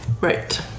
Right